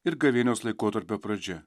ir gavėnios laikotarpio pradžia